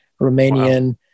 Romanian